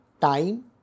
time